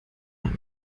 man